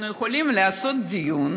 אנחנו יכולים לעשות דיון